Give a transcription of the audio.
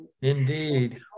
Indeed